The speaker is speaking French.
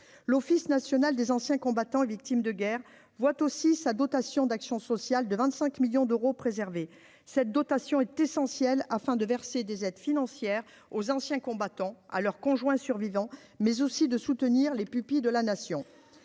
l'Office national des anciens combattants et victimes de guerre voit aussi sa dotation d'action sociale de 25 millions d'euros préserver cette dotation est essentielle afin de verser des aides financières aux anciens combattants à leur conjoint survivant mais aussi de soutenir les pupilles de la nation,